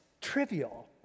trivial